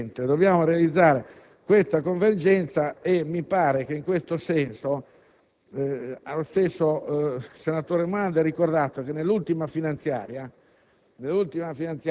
Signor Presidente, dobbiamo realizzare questa convergenza e mi sembra che in tal senso lo stesso senatore Morando ha ricordato che nell'ultima finanziaria,